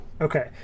Okay